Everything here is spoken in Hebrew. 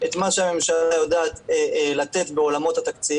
כאשר הממוצע הוא 5,000. לכמה זמן 9,000 בדיקות?